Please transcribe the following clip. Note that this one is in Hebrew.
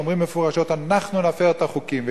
שאומרים מפורשות: אנחנו נפר את החוקים.